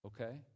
okay